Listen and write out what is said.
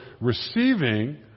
receiving